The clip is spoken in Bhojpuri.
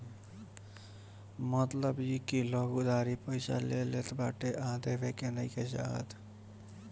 मतलब इ की लोग उधारी पईसा ले लेत बाटे आ देवे के नइखे चाहत